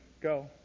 Go